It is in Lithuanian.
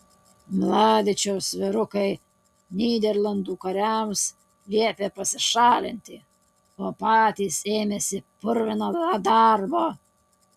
mladičiaus vyrukai nyderlandų kariams liepė pasišalinti o patys ėmėsi purvino darbo